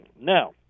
Now